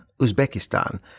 Uzbekistan